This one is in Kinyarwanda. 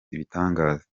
ibitangaza